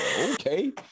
okay